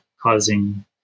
causing